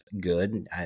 good